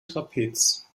trapez